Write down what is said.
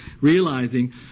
realizing